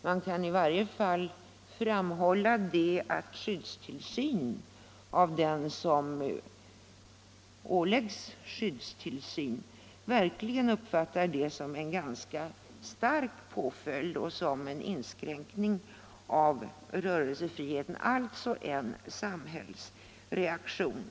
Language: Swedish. Den som åläggs skyddstillsyn uppfattar i varje fall detta som en ganska stark påföljd och som en inskränkning av rörelsefriheten — alltså en samhällsreaktion.